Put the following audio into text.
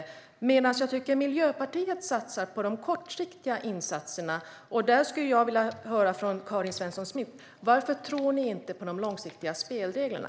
Däremot tycker jag att Miljöpartiet satsar på de kortsiktiga insatserna. Jag skulle vilja höra från Karin Svensson Smith varför ni inte tror på de långsiktiga spelreglerna.